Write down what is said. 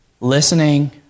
Listening